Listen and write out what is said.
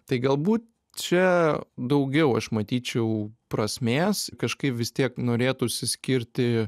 tai galbūt čia daugiau aš matyčiau prasmės kažkaip vis tiek norėtųsi skirti